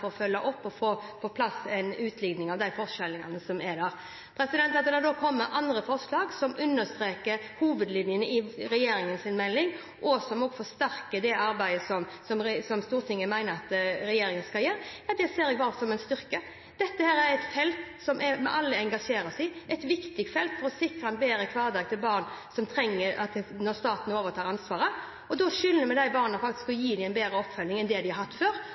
for å følge opp og få på plass en utligning av de forskjellene som er der. At det da kommer andre forslag som understreker hovedlinjene i regjeringens melding, og som også forsterker det arbeidet som Stortinget mener at regjeringen skal gjøre, det ser jeg bare som en styrke. Dette er et felt som vi alle engasjerer oss i, et viktig felt, for å sikre en bedre hverdag for barn når staten overtar ansvaret, og da skylder vi faktisk de barna å gi dem en bedre oppfølging enn det de har hatt før.